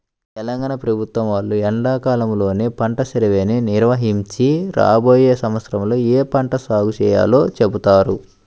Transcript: తెలంగాణ ప్రభుత్వం వాళ్ళు ఎండాకాలంలోనే పంట సర్వేని నిర్వహించి రాబోయే సంవత్సరంలో ఏ పంట సాగు చేయాలో చెబుతారు